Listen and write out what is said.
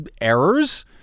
errors